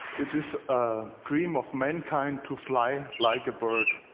it is a dream of mankind to fly like a bird.